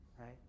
right